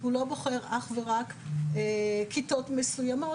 הוא לא בוחר אך ורק כיתות מסוימות,